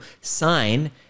sign